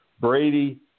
Brady